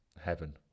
Heaven